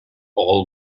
oil